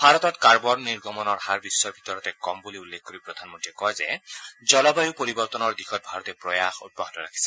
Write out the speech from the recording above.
ভাৰতত কাৰ্বন নিৰ্গমনৰ হাৰ বিশ্বৰ ভিতৰতে কম বুলি উল্লেখ কৰি প্ৰধানমন্ত্ৰীয়ে কয় যে জলবায়ু পৰিবৰ্তনৰ দিশত ভাৰতে প্ৰয়াস অব্যাহত ৰাখিছে